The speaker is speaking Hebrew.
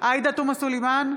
עאידה תומא סלימאן,